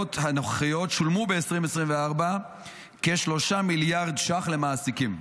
התקנות הנוכחיות שולמו ב 2024 כ-3 מיליארד ש"ח למעסיקים.